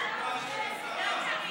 הם לא רוצים הצבעה